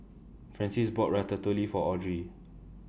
Francies bought Ratatouille For Audry